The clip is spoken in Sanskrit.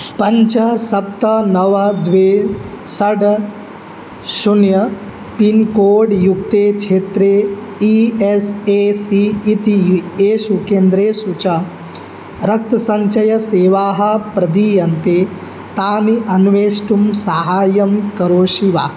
पञ्च सप्त नव द्वे षट् शून्यं पिन्कोड् युक्ते क्षेत्रे ई एस् ए सी इति एषु केन्द्रेषु च रक्तसञ्चयसेवाः प्रदीयन्ते ताः अन्वेष्टुं सहायं करोषि वा